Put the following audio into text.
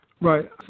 Right